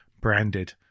branded